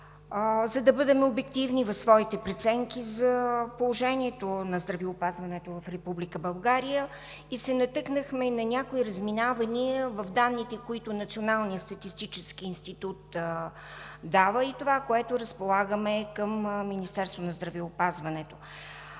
за да бъдем обективни в своите преценки за положението на здравеопазването в Република България и се натъкнахме на някои разминавания в данните, които Националният статистически институт дава към Министерството на здравеопазването,